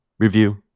review